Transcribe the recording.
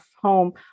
home